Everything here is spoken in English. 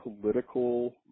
political